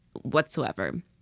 whatsoever